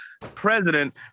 president